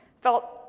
felt